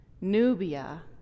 Nubia